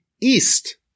east